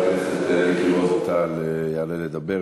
חבר הכנסת מיקי רוזנטל יעלה לדבר.